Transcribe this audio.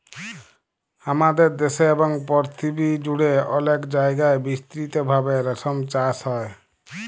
হামাদের দ্যাশে এবং পরথিবী জুড়ে অলেক জায়গায় বিস্তৃত ভাবে রেশম চাস হ্যয়